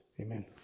amen